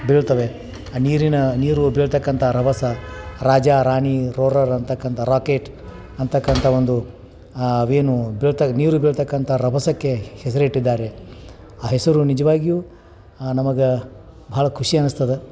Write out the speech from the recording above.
ಬೀಳ್ತವೆ ಆ ನೀರಿನ ನೀರು ಬೀಳತಕ್ಕಂಥ ರಭಸ ರಾಜ ರಾಣಿ ರೋರರ್ ಅಂತಕ್ಕಂಥ ರಾಕೆಟ್ ಅಂತಕ್ಕಂಥ ಒಂದು ಆವೇನು ಬೀಳ್ತಾ ನೀರು ಬೀಳತಕ್ಕಂಥ ರಭಸಕ್ಕೆ ಹೆಸ್ರು ಇಟ್ಟಿದ್ದಾರೆ ಆ ಹೆಸರು ನಿಜವಾಗಿಯೂ ನಮಗೆ ಭಾಳ ಖುಷಿ ಅನಿಸ್ತದೆ